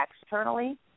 externally